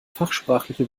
fachsprachliche